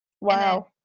Wow